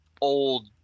old